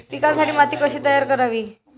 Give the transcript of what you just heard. पिकांसाठी माती कशी तयार करावी?